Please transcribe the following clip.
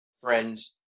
friends